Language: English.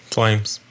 Flames